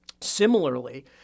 Similarly